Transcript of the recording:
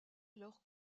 alors